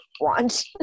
want